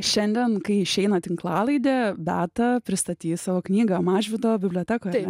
šiandien kai išeina tinklalaidė beata pristatys savo knygą mažvydo bibliotekoje